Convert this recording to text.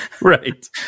Right